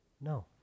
No